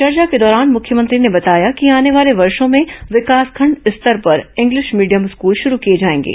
चर्चा के दौरान मुख्यमंत्री ने बताया कि आने वाले वर्षो में विकासखंड स्तर पर इंग्लिश मीडियम स्कूल शुरू किए जाएंगे